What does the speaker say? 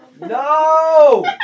No